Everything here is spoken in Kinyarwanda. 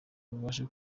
rubashe